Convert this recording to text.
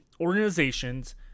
organizations